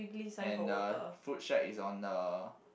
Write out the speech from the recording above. and the food shack is one the